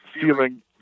feeling